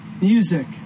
music